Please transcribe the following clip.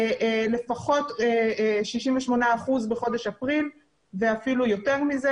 לפחות 68% בחודש אפריל ואפילו יותר מזה.